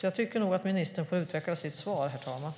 Jag tycker nog att ministern får utveckla sitt svar, herr talman.